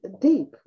deep